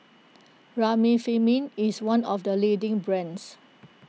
Remifemin is one of the leading brands